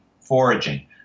foraging